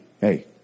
hey